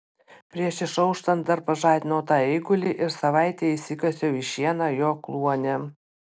prieš išauštant dar pažadinau tą eigulį ir savaitei įsikasiau į šieną jo kluone